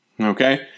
Okay